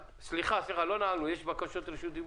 יש בקשות רשות דיבור.